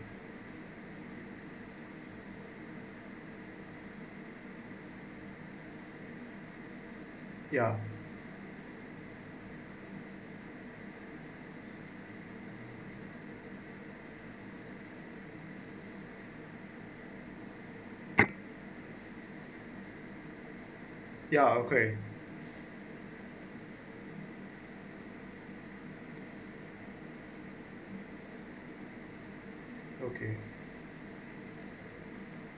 ya ya okay okay